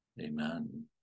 Amen